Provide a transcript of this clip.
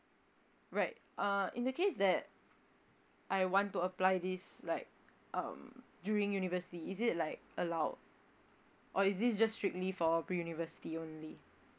right uh in the case that I want to apply this like um during university is it like allow or is this just strictly for pre university only